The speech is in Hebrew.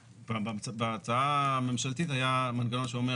בהצעה הממשלתית היה מנגנון שאומר